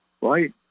Right